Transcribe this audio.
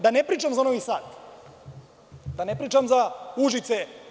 Da ne pričam za Novi Sad, da ne pričam za Užice.